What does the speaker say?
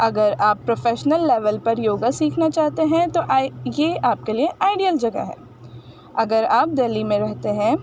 اگر آپ professional level پر یوگا سیکھنا چاہتے ہیں تو آئی یہ آپ کے لیے آئیڈیل جگہ ہے اگر آپ دلی میں رہتے ہیں